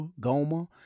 Goma